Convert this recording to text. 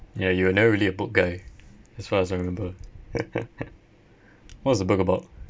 ya you were never really a book guy as far as I remember what was the book about